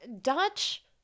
Dutch